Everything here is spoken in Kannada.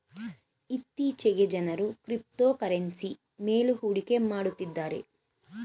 ಇತ್ತೀಚೆಗೆ ಜನರು ಕ್ರಿಪ್ತೋಕರೆನ್ಸಿ ಮೇಲು ಹೂಡಿಕೆ ಮಾಡುತ್ತಿದ್ದಾರೆ